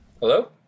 Hello